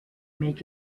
make